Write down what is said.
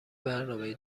برنامهای